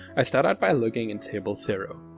i start out by looking in table zero.